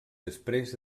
després